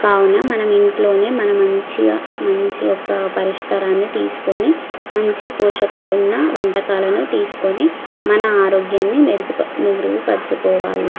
కావున మనం ఇంట్లోనే మనం మంచిగా మంచిగా ఒక పరిష్కారాన్ని తీసుకొని మంచి పోషకాలు ఉన్న వంటకాలను తీసుకొని మన ఆరోగ్యాన్ని మెరుగు పార్ మెరుగుపరుచుకోవాలి